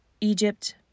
Egypt